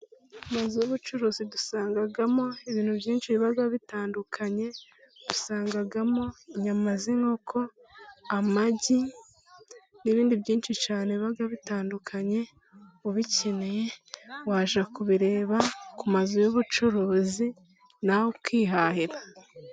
Amazu y'ubucuruzi dusangamo ibintu byinshi biba bitandukanye, dusangamo inyama z'inkoko, amagi n'ibindi byinshi cyane biba bitandukanye. Ubikeneye wajya kubireba ku mazu y'ubucuruzi, nawe ukihahira.